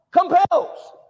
Compels